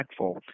impactful